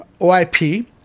OIP